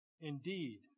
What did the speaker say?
Indeed